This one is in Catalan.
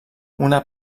una